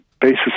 basis